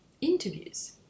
interviews